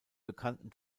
bekannten